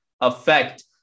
affect